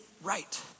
right